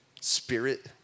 Spirit